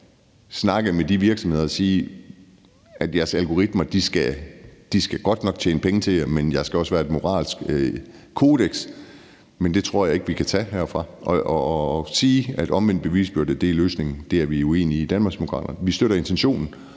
snakke med de virksomheder og sige, at jeres algoritmer godt nok skal tjene penge til jer, men at der også skal være et moralsk kodeks. Men det tror jeg ikke vi kan tage herfra, og at sige, at omvendt bevisbyrde er løsningen, er vi uenige i Danmarksdemokraterne. Vi støtter intentionen,